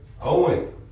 Owen